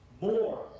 more